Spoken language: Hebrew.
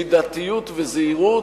מידתיות וזהירות,